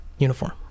Uniform